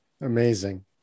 amazing